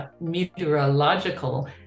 Meteorological